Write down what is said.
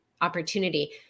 opportunity